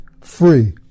free